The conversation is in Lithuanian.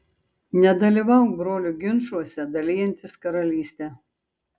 nedalyvauk brolių ginčuose dalijantis karalystę